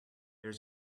there